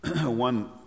One